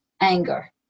anger